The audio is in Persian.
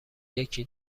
یکی